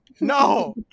No